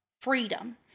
Freedom